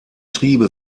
triebe